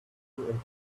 and